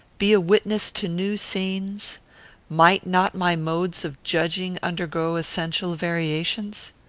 be a witness to new scenes might not my modes of judging undergo essential variations?